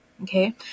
okay